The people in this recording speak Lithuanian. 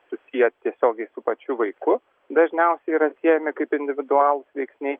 susiję tiesiogiai su pačiu vaiku dažniausiai yra siejami kaip individualūs veiksniai